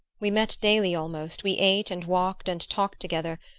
we met daily almost, we ate and walked and talked together,